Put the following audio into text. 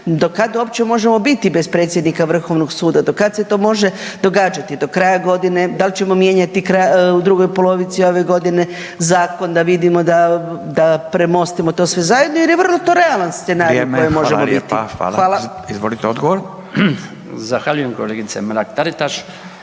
do kad uopće možemo biti bez predsjednika Vrhovnog suda, do kad se to može događati, do kraja godine, da li ćemo mijenjati u drugoj polovici ove godine zakon da vidimo da premostimo to sve zajedno jer je vrlo to realan scenarij …/Upadica: Vrijeme, hvala lijepa./… koji možemo biti.